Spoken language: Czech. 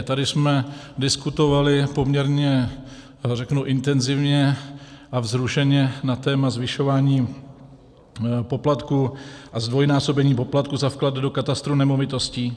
Tady jsme diskutovali poměrně intenzivně a vzrušeně na téma zvyšování poplatků a zdvojnásobení poplatku za vklad do katastru nemovitostí.